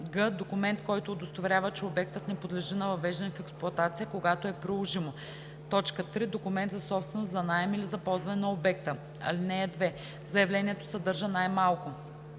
г) документ, който удостоверява, че обектът не подлежи на въвеждане в експлоатация – когато е приложимо; 3. документ за собственост, за наем или за ползване на обекта. (2) Заявлението съдържа най-малко: